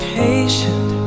patient